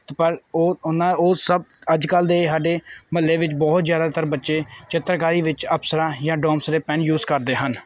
ਅਤੇ ਪਰ ਉਹ ਉਹਨਾਂ ਉਹ ਸਭ ਅੱਜ ਕੱਲ੍ਹ ਦੇ ਸਾਡੇ ਮੁਹੱਲੇ ਵਿੱਚ ਬਹੁਤ ਜ਼ਿਆਦਾਤਰ ਬੱਚੇ ਚਿੱਤਰਕਾਰੀ ਵਿੱਚ ਅਪਸਰਾਂ ਜਾਂ ਡੋਮਸ ਦੇ ਪੈੱਨ ਯੂਜ ਕਰਦੇ ਹਨ